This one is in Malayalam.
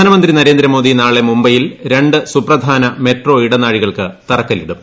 പ്രധാനമന്ത്രി നരേന്ദ്ര മോദി നാളെ മുംബൈയിൽ രണ്ട് സുപ്രധാന മെട്രോ ഇടനാഴികൾക്ക് തറക്കല്ലിടും